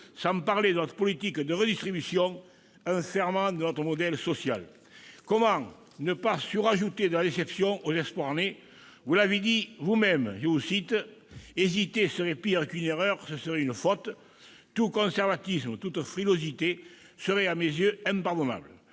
sans parler de notre politique de redistribution, un ferment de notre modèle social ! Comment ne pas surajouter de la déception aux espoirs nés ? Vous l'avez dit vous-même :« Hésiter serait pire qu'une erreur, ce serait une faute. Tout conservatisme, toute frilosité seraient à mes yeux impardonnables. »